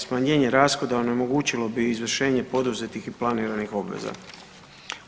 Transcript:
Smanjenje rashoda onemogućilo bi izvršenje poduzetih i planiranih obveza.